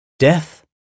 Death